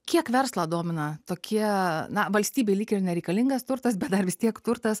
kiek verslą domina tokie na valstybei lyg ir nereikalingas turtas bet dar vis tiek turtas